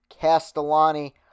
Castellani